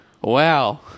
Wow